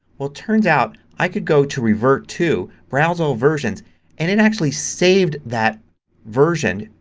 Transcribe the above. well, it turns out i could go to revert to, browse all versions and it actually saved that version.